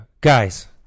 Guys